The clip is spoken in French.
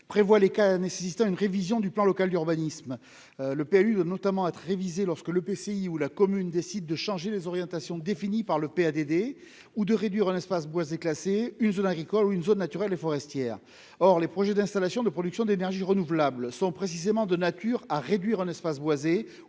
décrit les cas de révision du plan local d'urbanisme. Le PLU doit notamment être révisé lorsque l'EPCI ou la commune décide de changer les orientations définies par le PADD ou de réduire un espace boisé classé, une zone agricole ou une zone naturelle et forestière. Or les projets d'installations de production d'énergies renouvelables sont précisément de nature à réduire un espace boisé